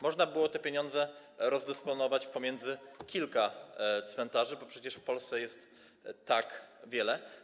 Można było te pieniądze rozdysponować na kilka cmentarzy, bo przecież w Polsce jest ich tak wiele.